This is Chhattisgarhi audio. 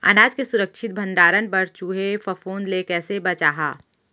अनाज के सुरक्षित भण्डारण बर चूहे, फफूंद ले कैसे बचाहा?